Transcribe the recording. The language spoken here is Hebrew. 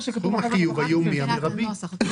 אם הוא החליט שהוא נוסע במונית,